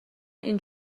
این